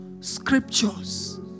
scriptures